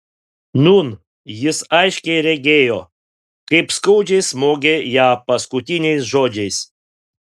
nūn jis aiškiai regėjo kaip skaudžiai smogė ją paskutiniais žodžiais